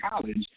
college